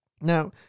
Now